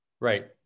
Right